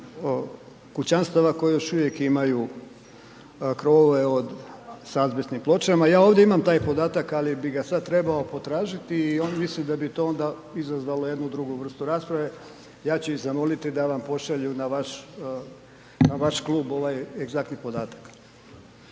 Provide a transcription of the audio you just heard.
kućanstava koji još uvijek imaju krovove s azbestnim pločama. Ja ovdje imam taj podatak, ali bi ga sad trebao potražiti i mislim da bi to onda izazvalo jednu drugu vrstu rasprave. Ja ću ih zamoliti da vam pošalju na vaš, na vaš klub ovaj egzaktni podatak.